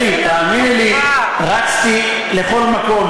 שלי, תאמיני לי, רצתי לכל מקום.